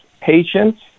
patients